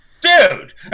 Dude